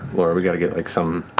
laura, we got to get like some